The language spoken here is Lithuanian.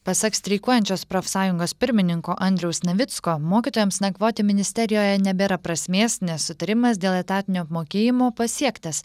pasak streikuojančios profsąjungos pirmininko andriaus navicko mokytojams nakvoti ministerijoje nebėra prasmės nes sutarimas dėl etatinio apmokėjimo pasiektas